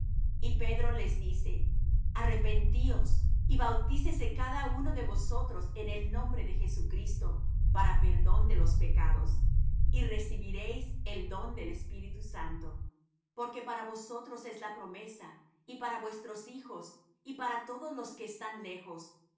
y pedro les dice arrepentíos y bautícese cada uno de vosotros en el nombre de jesucristo para perdón de los pecados y recibiréis el don del espíritu santo porque para vosotros es la promesa y para vuestros hijos y para todos los que están lejos